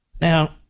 Now